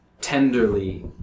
tenderly